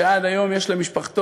שעד היום יש למשפחתו,